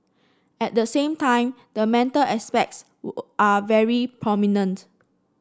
at the same time the mental aspects are very prominent